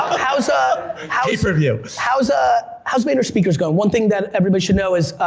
how's ah how's pay per view! how's ah how's vaynerspeakers going? one thing that everybody should know is,